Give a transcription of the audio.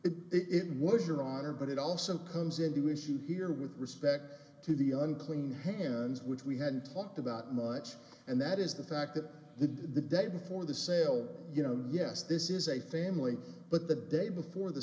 here it was your honor but it also comes into issue here with respect to the unclean hands which we had talked about much and that is the fact that the the day before the sale you know yes this is a family but the day before the